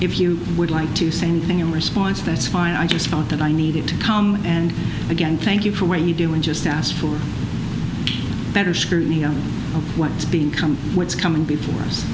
if you would like to say anything in response that's fine i just thought that i needed to come and again thank you for when you do and just ask for better scrutiny of what's being come what's coming before us